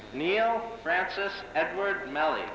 neil francis edward mel